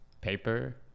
paper